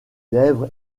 lèvres